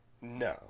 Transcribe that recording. No